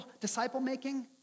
disciple-making